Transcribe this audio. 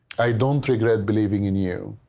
i don't regret believing in you.